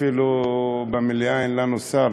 אפילו במליאה אין לנו שר,